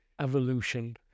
evolution